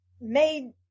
made